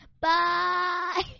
Bye